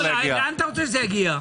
לאן אתה רוצה שזה יגיע?